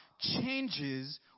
changes